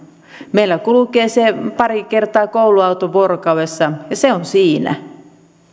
meillä kulkee se pari kertaa vuorokaudessa kouluauto ja se on siinä